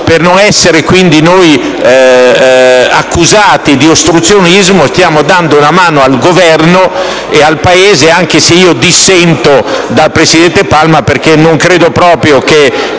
Per non essere accusati di ostruzionismo, noi stiamo dando una mano al Governo e al Paese, anche se dissento dal presidente Palma, perché non credo proprio che